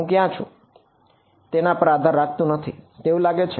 હું ક્યાં છું તેના પર આધાર રાખતું નથી તેવું લાગે છે